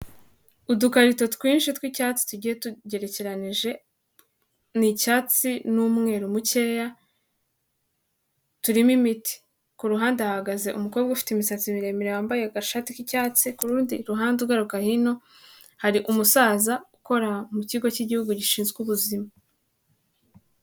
Udukarito twinshi tw'icyatsi tugiye tugerekeranyije n'icyatsi n'umweru mukeya, turimo imit, ku ruhande ahagaze umukobwa ufite imisatsi miremire wambaye agashati k'icyatsi ku rundi ruhande ugaruka hino hari umusaza ukora mu kigo cy'igihugu gishinzwe ubuzima.